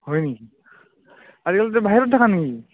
হয় নেকি আজিকালি তই বাহিৰত থাকা নেকি